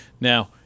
Now